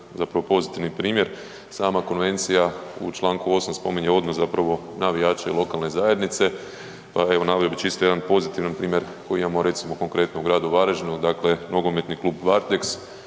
zapravo pozitivan primjer. Sama konvencija u Članku 8. spominje odnos zapravo navijača i lokalne zajednice pa evo naveo bi čisto jedan pozitivan primjer koji imamo recimo konkretno u gradu Varaždinu. Dakle, Nogometni klub Varteks